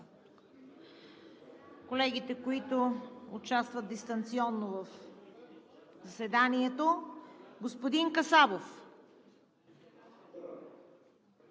Колегите, които участват дистанционно в заседанието, са: господин Касабов?